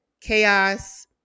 Chaos